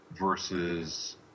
versus